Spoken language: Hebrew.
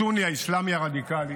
הסוני-האסלאמי הרדיקלי